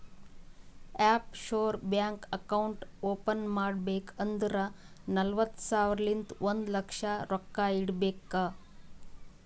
of sure bank account open ಮಾಡ್ಬೇಕ್ ಅಂದುರ್ ನಲ್ವತ್ತ್ ಸಾವಿರಲಿಂತ್ ಒಂದ್ ಲಕ್ಷ ರೊಕ್ಕಾ ಇಡಬೇಕ್